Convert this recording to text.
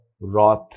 wrath